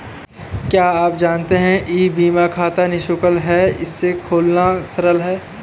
क्या आप जानते है ई बीमा खाता निशुल्क है, इसे खोलना सरल है?